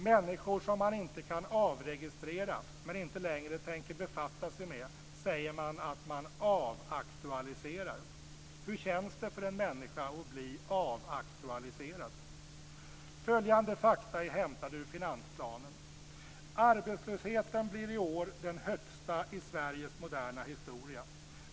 Människor som man inte kan avregistrera men inte längre tänker befatta sig med säger man att man avaktualiserar. Hur känns det för en människa att bli avaktualiserad? Följande fakta är hämtade ur finansplanen: Arbetslösheten blir i år den högsta i Sveriges moderna historia.